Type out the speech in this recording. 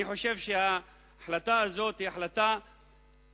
אני חושב שההחלטה הזאת היא החלטה מוזרה